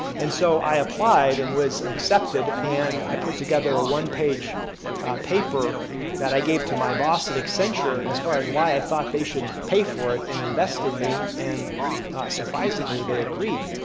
so, i applied and was accepted, and i put together a one-page paper that i gave to my boss at accenture as far as why i thought they should pay for it and invest in me, and surprisingly they agreed.